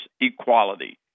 equality